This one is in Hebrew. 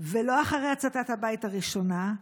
ולא אחרי הצתת הבית הראשונה.